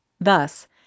Thus